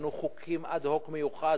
בנו חוקים אד-הוק, במיוחד.